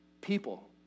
People